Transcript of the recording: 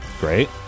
Great